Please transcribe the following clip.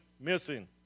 missing